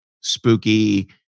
spooky